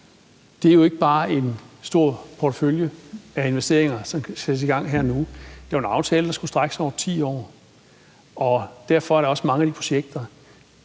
vælgerne, jo ikke bare er en stor portefølje af investeringer, som kan sættes i gang her og nu – det var en aftale, der skulle strække sig over 10 år, og derfor er der også mange af de projekter,